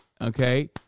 okay